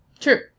True